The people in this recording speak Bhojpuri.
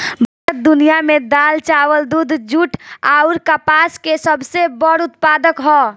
भारत दुनिया में दाल चावल दूध जूट आउर कपास के सबसे बड़ उत्पादक ह